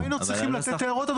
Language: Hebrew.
לא היינו צריכים לתת הערות,